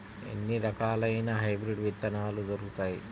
ఎన్ని రకాలయిన హైబ్రిడ్ విత్తనాలు దొరుకుతాయి?